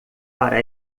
para